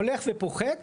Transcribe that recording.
הולך ופוחת.